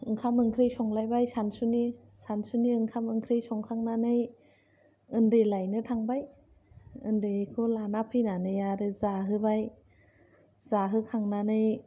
ओंखाम ओंख्रि संलायबाय सानसुनि सानसुनि ओंखाम ओंख्रि संखांनानै उन्दै लायनो थांबाय उन्दैखौ लाना फैनानै आरो जाहोबाय जाहोखांनानै